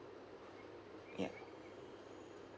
yup